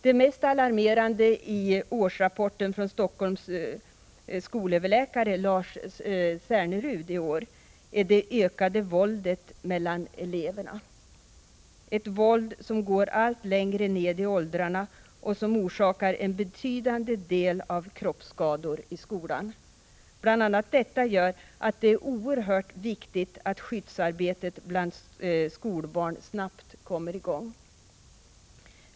Det mest alarmerande i den senaste årsrapporten från Helsingforss skolöverläkare, Lars Cernerud, är det ökade våldet mellan eleverna — ett våld som går allt längre ned i åldrarna och som orsakar en betydande del av kroppsskadorna i skolan. Bl.a. detta gör att det är oerhört viktigt att skyddsarbetet bland skolbarn snabbt kommer i gång.